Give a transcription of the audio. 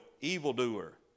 evildoer